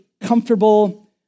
comfortable